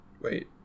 Wait